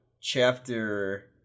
Chapter